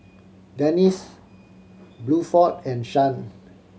Dennis Bluford and Shan